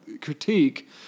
critique